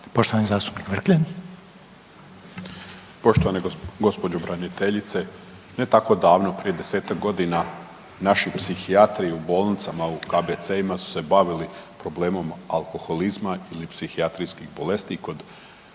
(Nezavisni)** Poštovana gospođo pravobraniteljice. Ne tako davno, prije 10-tak godina naši psihijatri u bolnicama u KBC-ima su se bavili problemom alkoholizma ili psihijatrijskih bolesti kod